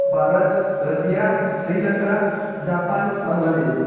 Bharat Russia Sri Lanka Japan Bangladesh